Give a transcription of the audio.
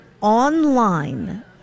online